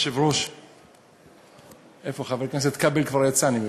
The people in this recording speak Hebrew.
היושב-ראש, איפה, חבר הכנסת כבל כבר יצא אני מבין.